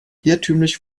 irrtümlich